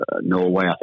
Norway